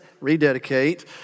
rededicate